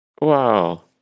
Wow